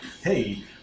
hey